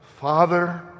Father